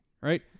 right